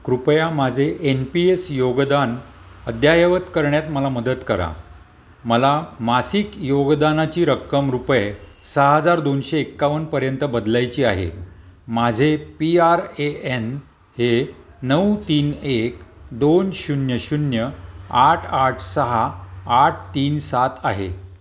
कृपया माझे N P S योगदान अद्ययावत करण्यात मला मदत करा मला मासिक योगदानाची रक्कम रुपये सहा हजार दोनशे एकावन्नपर्यंत बदलायची आहे माझे पी आर ए एन हे नऊ तीन एक दोन शून्य शून्य आठ आठ सहा आठ तीन सात आहे